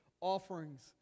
Offerings